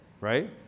right